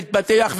להתפתח,